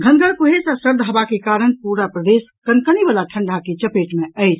घनगर कुहैस आ सर्द हवा के कारण पूरा प्रदेश कनकनी बला ठंडा के चपेट मे अछि